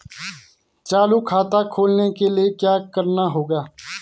चालू खाता खोलने के लिए क्या करना होगा?